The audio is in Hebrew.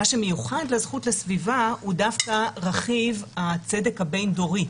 מה שמיוחד לזכות לסביבה הוא דווקא רכיב הצדק הבין-דורי,